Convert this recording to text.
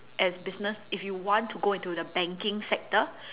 as business if you want to go into the banking sector